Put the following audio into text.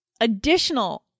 additional